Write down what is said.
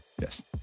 Yes